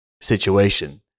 situation